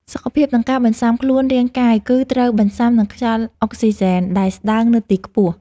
សុខភាព និងការបន្សាំខ្លួនរាងកាយគឺត្រូវបន្សាំនឹងខ្យល់អុកស៊ីហ្សែនដែលស្ដើងនៅទីខ្ពស់។